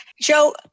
Joe